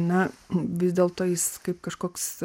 na vis dėlto jis kaip kažkoks